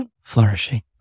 Flourishing